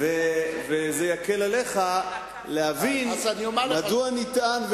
זה יקל עליך להבין מדוע נטען,